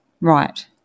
Right